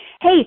Hey